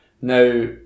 Now